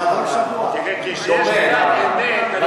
דומה לאברהם, אבל